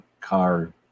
car